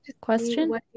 question